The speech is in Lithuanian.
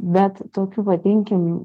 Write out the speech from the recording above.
bet tokiu vadinkim